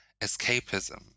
Escapism